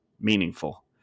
meaningful